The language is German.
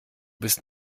bist